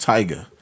Tiger